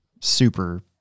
super